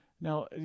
now